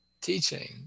teaching